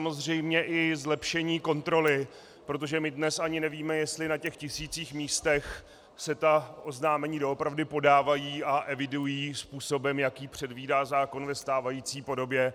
S tím souvisí samozřejmě i zlepšení kontroly, protože my dnes ani nevíme, jestli na těch tisících míst se ta oznámení doopravdy podávají a evidují způsobem, jaký předvídá zákon ve stávající podobě.